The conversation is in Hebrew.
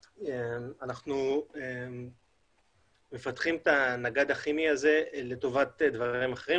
אנחנו מפתחים את הנגד הכימי הזה לטובת דברים אחרים,